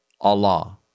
Allah